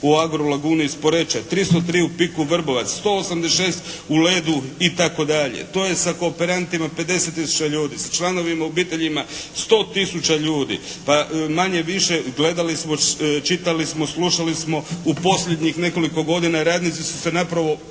u "Agrolaguni" iz Poreča. 303 u "PIK Vrbovac". 186 u "Ledu" itd. To je sa kooperantima 50 tisuća ljudi. Sa članovima obitelji 100 tisuća ljudi. Pa manje-više , gledali smo, čitali smo, slušali smo u posljednjih nekoliko godina, radnici su se naprosto